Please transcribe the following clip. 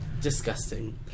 disgusting